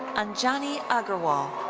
anjani agrawal.